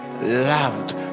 loved